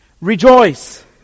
Rejoice